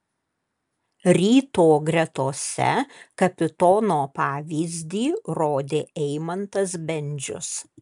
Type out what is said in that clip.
ryto gretose kapitono pavyzdį rodė eimantas bendžius